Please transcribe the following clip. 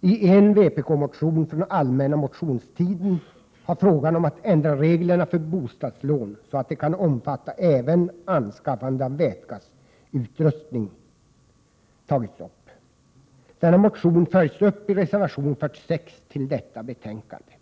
I en vpk-motion från allmänna motionstiden har frågan om att ändra reglerna för bostadslån så att de kan omfatta även anskaffande av vätgasutrustning tagits upp. Denna motion följs upp i reservation 46 till detta betänkande.